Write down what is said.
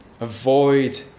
Avoid